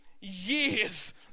years